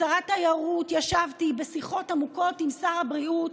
כשרת תיירות ישבתי בשיחות עמוקות עם שר הבריאות.